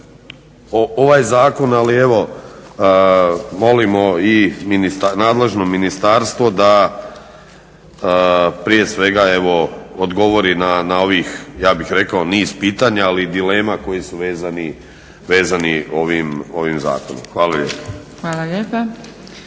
ovaj Zakon ali evo molimo i nadležno ministarstvo da prije svega evo odgovori na ovih, ja bih rekao niz pitanja ali i dilema koji su vezani ovim zakonom. Hvala lijepo.